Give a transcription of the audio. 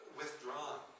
withdrawn